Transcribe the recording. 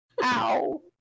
Ow